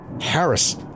Harris